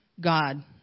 God